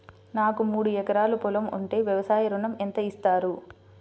నాకు మూడు ఎకరాలు పొలం ఉంటే వ్యవసాయ ఋణం ఎంత ఇస్తారు?